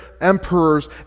emperors